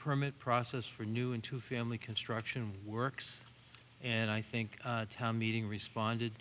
permit process for new into family construction works and i think town meeting responded